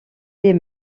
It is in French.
des